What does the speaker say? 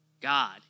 God